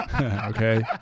okay